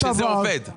שזה עובד?